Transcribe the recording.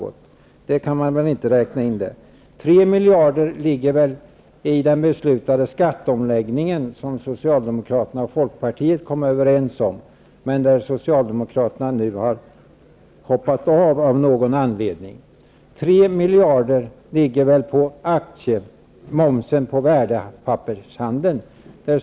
De kan man väl inte räkna in här. 3 miljarder ligger i den beslutade skatteomläggningen som Socialdemokraterna och Socialdemokraterna nu av någon anledning har hoppat av. 3 miljarder ligger på omsättningsskatten på värdepappershandeln.